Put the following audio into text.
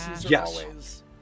yes